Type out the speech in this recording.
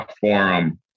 forum